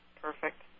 Perfect